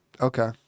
okay